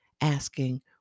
asking